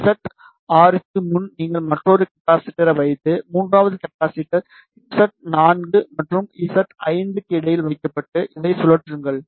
இசட்6க்கு முன் நீங்கள் மற்றொரு கப்பாசிட்டரை வைத்து மூன்றாவது கப்பாசிட்டர் இசட்4 மற்றும் இசட்5 க்கு இடையில் வைக்கப்பட்டு இதை சுழற்றுங்கள்